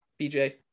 BJ